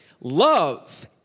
Love